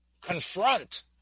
confront